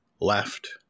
left